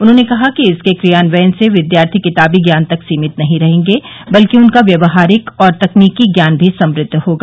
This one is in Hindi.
उन्होंने कहा कि इसके क्रियान्वयन से विद्यार्थी किताबी ज्ञान तक सीमित नहीं रहेंगे बल्कि उनका व्यवहारिक और तकनीकी ज्ञान भी समृद्व होगा